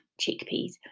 chickpeas